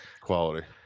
Quality